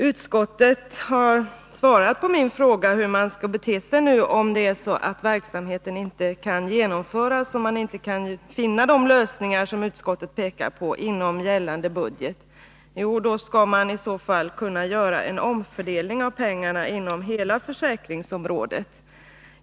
Utskottet har nu svarat på min fråga hur man skall bete sig om verksamheten inte kan genomföras och om det inte går att finna de lösningar inom gällande budget som utskottet pekar på. Då skall man, säger utskottet, göra en omfördelning av pengarna inom hela försäkringsområdet.